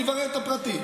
אני אברר את הפרטים.